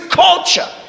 culture